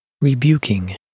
rebuking